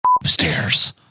Upstairs